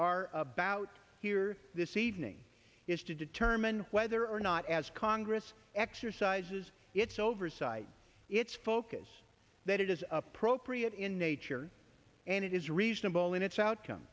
are about here this evening is to determine whether or not as congress exercises its oversight its focus that it is appropriate in nature and it is reasonable in its outcome